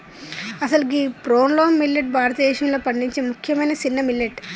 అసలు గీ proso millet భారతదేశంలో పండించే ముఖ్యమైన సిన్న మిల్లెట్